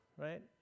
right